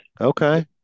okay